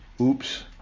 Oops